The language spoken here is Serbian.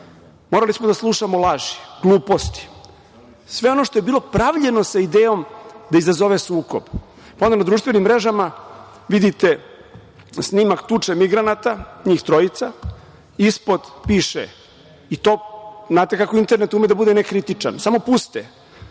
Morali smo da slušamo laži, gluposti. Sve ono što je bilo pravljeno sa idejom da izazove sukob, pa onda na društvenim mrežama vidite snimak tuče migranata, njih trojica, ispod piše, i to znate kako internet ume da bude ne kritičan, samo puste,